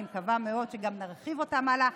אני מקווה מאוד שגם נרחיב אותן הלאה.